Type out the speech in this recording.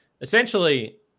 essentially